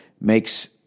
makes